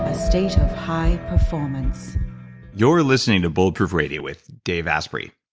ah state of high performance you're listening to bulletproof radio with dave asprey.